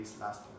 last